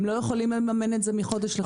הם לא יכולים לממן את זה מחודש לחודש.